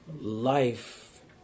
life